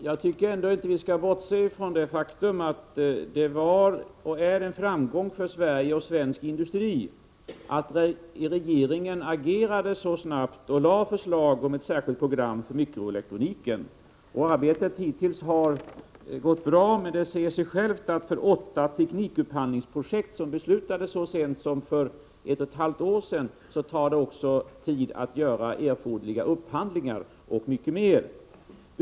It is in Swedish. Fru talman! Jag tycker inte vi skall bortse från det faktum att det var och är en framgång för Sverige och svensk industri att regeringen agerade så snabbt och lade fram förslag om ett särskilt program för mikroelektroniken. Arbetet hittills har gått bra, men det säger sig självt att det tar tid att göra erforderliga upphandlingar och mycket annat för åtta teknikhandlingsprojekt, som beslutades så sent som för ett och ett halvt år sedan.